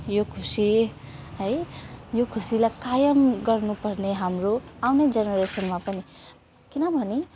यो खुसी है यो खुसीलाई कायम गर्नुपर्ने हाम्रो आउने जेनेरेसनमा पनि किनभने